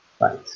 right